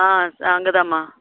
ஆ ஆ அங்கே தான்ம்மா